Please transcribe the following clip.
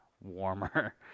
warmer